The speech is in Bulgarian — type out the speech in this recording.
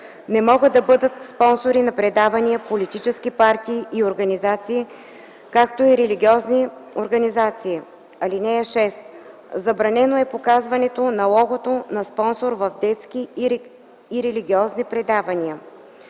Не могат да бъдат спонсори на предавания политически партии и организации, както и религиозни организации. (6) Забранено е показването на логото на спонсор в детски и религиозни предавания.”